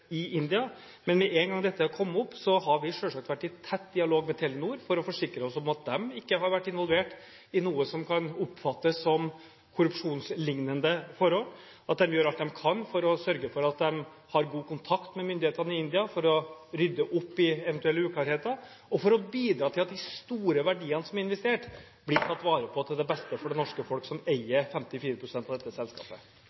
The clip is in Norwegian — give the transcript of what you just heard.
i India. Men med en gang dette kom opp, var vi selvsagt i tett dialog med Telenor for å forsikre oss om at de ikke har vært involvert i noe som kan oppfattes som korrupsjonslignende forhold, og at de gjør alt de kan for å sørge for at de har god kontakt med myndighetene i India, for å rydde opp i eventuelle uklarheter og for å bidra til at de store verdiene som er investert, blir tatt vare på til beste for det norske folk, som